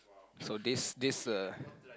so this this uh